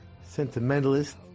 sentimentalist